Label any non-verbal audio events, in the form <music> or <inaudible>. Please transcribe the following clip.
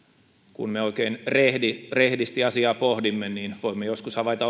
kun me oikein rehdisti rehdisti asiaa pohdimme voimme joskus havaita <unintelligible>